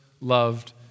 loved